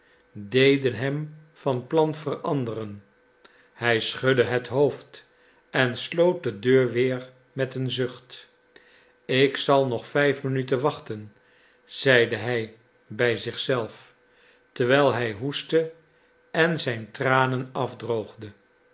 deden hem van plan veranderen hij schudde het hoofd en sloot de deur weer met een zucht ik zal nog vijf minuten wachten zeide hij bij zich zelf terwijl hij hoestte en zijn tranen afdroogde